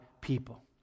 people